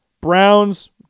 Browns